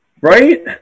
Right